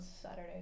Saturday